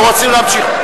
או רוצים להמשיך?